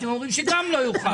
אתם אומרים שגם לא יוכל.